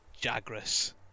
Jagras